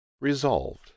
Resolved